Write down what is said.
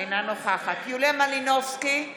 אינה נוכחת יוליה מלינובסקי קונין,